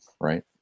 right